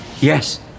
yes